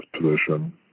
position